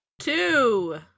Two